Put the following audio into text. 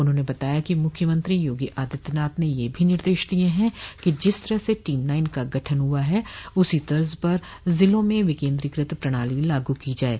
उन्होंने बताया कि मुख्यमंत्री योगी आदित्यनाथ ने यह भी निर्देश दिये हैं कि जिस तरह से टीम नाइन का गठन हुआ है उसी तर्ज पर जिलों में विकेन्द्रीकृत प्रणाली लागू की जाये